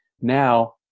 Now